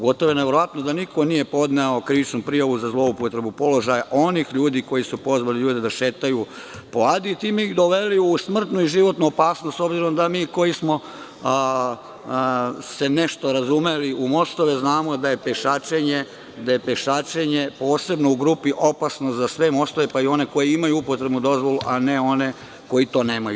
Gotovo je neverovatno da niko nije podneo krivičnu prijavu za zloupotrebu položaja onih ljudi koji su pozvali ljude da šetaju po Adi i time ih doveli u smrtnu i životnu opasnost, s obzirom da mi koji se nešto razumemo u mostove znamo da je pešačenje, posebno u grupi, opasno za sve mostove, pa i one koji imaju upotrebnu dozvolu, a ne one koji to nemaju.